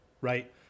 right